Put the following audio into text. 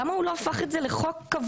למה הוא לא הפך את זה לחוק קבוע?